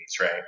right